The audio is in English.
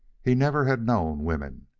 he never had known women.